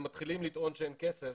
הם מתחילים לטעון שאין כסף,